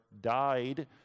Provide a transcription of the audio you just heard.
died